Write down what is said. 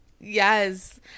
Yes